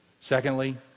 Secondly